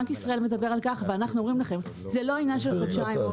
בנק ישראל מדבר על כך ואנחנו אומרים לכם - זה לא עניין של חודשיים.